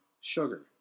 sugar